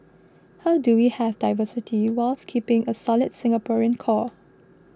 how do we have diversity whilst keeping a solid Singaporean core